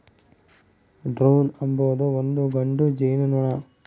drone ಅಂಬೊದು ಒಂದು ಗಂಡು ಜೇನುನೊಣ